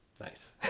nice